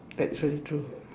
actually true